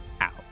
out